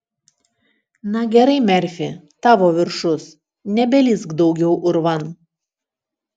na gerai merfi tavo viršus nebelįsk daugiau urvan